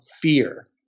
fear